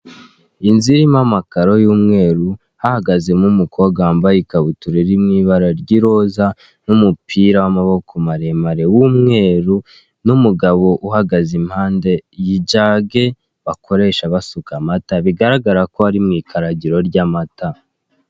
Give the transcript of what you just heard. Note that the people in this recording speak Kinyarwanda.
Inzu irimo amakaro y'umweru hahagaze mo umukobwa wambaye ikabuturia iri mu ibara ry'iroza, n'umupira w'amaboko maremare w'umweru, n'umugabo uhagaze impande y'ijage bakoresha basuka amata, bigaragara ko ari mu ikaragiro ry'amata.